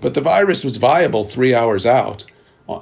but the virus was viable three hours out